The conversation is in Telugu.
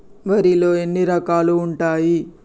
వరిలో ఎన్ని రకాలు ఉంటాయి?